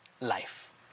life